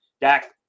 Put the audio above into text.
Dak